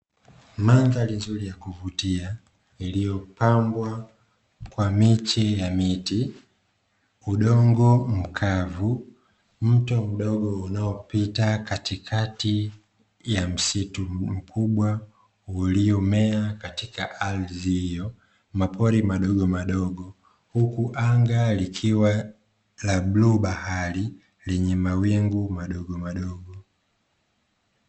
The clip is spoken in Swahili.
Mandhari nzuri ya kuvutia iliyopambwa kwa miche ya miti, udongo mkavu, mto mdogo unaopita katikati ya msitu mkubwa uliomea katika ardhi hiyo, mapori madogo madogo huku anga likiwa la bluu bahari lenye mawingu madogo madogo.